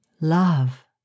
love